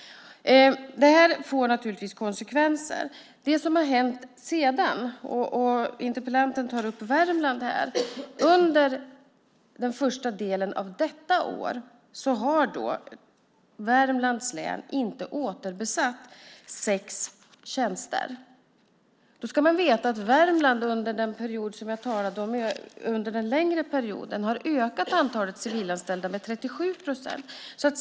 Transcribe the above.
Det får naturligtvis konsekvenser. Interpellanten tar upp Värmland. Under den första delen av innevarande år har Värmlands län inte återbesatt sex tjänster. Då ska man veta att Värmland under den längre perioden som jag nämnde ökat antalet civilanställda med 37 procent.